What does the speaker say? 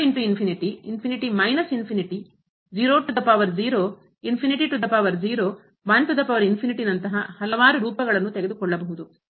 ಅವು ನಂತಹ ಹಲವಾರು ರೂಪಗಳನ್ನು ತೆಗೆದುಕೊಳ್ಳಬಹುದು